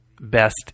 best